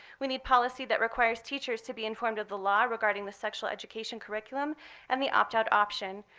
we need policy that requires teachers to be informed of the law regarding the sexual education curriculum and the opt out option.